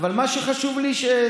אבל מה שחשוב לי שתביני,